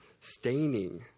staining